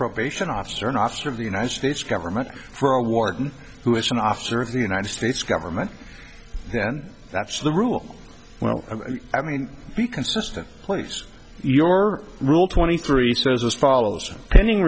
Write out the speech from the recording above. probation officer an officer of the united states government for a warden who is an officer of the united states government then that's the rule well i mean be consistent place your rule twenty three says as follows ending